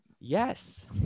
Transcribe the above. Yes